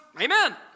amen